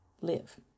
live